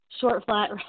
short-flat